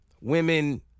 women